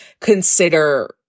consider